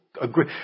agree